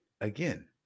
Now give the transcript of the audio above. again